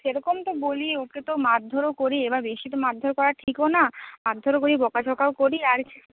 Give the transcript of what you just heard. সেরকম তো বলি ওকে তো মারধোরও করি এবার বেশি মারধোর করা ঠিকও না মারধোরও করি বকা ঝকাও করি আর